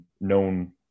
known